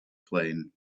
plane